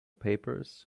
papers